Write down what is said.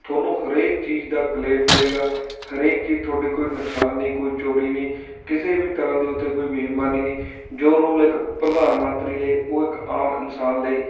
ਤੁਹਾਨੂੰ ਹਰੇਕ ਚੀਜ਼ ਦਾ ਕਲੇਮ ਮਿਲੇਗਾ ਹਰੇਕ ਚੀਜ਼ ਤੁਹਾਡੀ ਕੋਈ ਨੁਕਸਾਨ ਨਹੀਂ ਕੋਈ ਚੋਰੀ ਨਹੀਂ ਕਿਸੇ ਵੀ ਤਰ੍ਹਾਂ ਦੀ ਉੱਥੇ ਕੋਈ ਬੇਈਮਾਨੀ ਨਹੀਂ ਜੋ ਰੂਲ ਇੱਕ ਪ੍ਰਧਾਨ ਮੰਤਰੀ ਲਈ ਉਹ ਇੱਕ ਆਮ ਇਨਸਾਨ ਲਈ